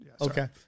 Okay